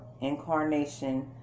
incarnation